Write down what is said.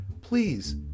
please